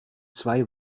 zwei